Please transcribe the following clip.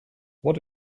what